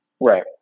Right